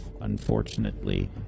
Unfortunately